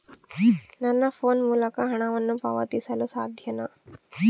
ನನ್ನ ಫೋನ್ ಮೂಲಕ ಹಣವನ್ನು ಪಾವತಿಸಲು ಸಾಧ್ಯನಾ?